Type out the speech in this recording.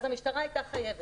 המשטרה הייתה חייבת.